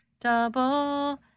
Double